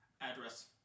Address